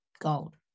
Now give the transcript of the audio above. gold